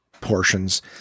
portions